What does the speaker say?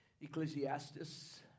Ecclesiastes